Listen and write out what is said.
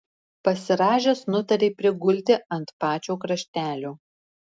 pasirąžęs nutarė prigulti ant pačio kraštelio